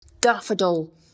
daffodil